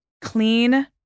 clean